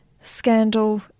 scandal